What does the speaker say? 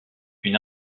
une